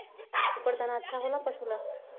का सुपर दाना अच्छा हो ला पशु ला?